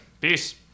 Peace